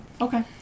Okay